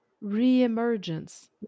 re-emergence